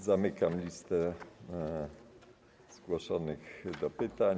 Zamykam listę zgłoszonych do pytań.